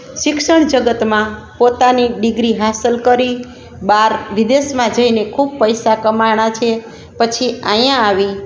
શિક્ષણ જગતમાં પોતાની ડિગ્રી હાંસલ કરી બહાર વિદેશમાં જઈને ખૂબ પૈસા કમાયા છે પછી અહીંયા આવી